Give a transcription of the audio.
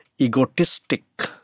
egotistic